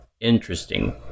interesting